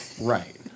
Right